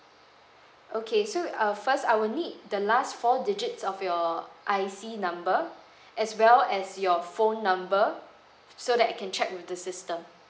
okay so uh first I will need the last four digits of your I_C number as well as your phone number so that I can check with the system